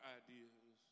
ideas